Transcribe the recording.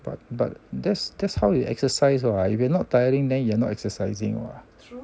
but but that's that's how you exercise what if you are not tiring then you are not exercising what